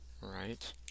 right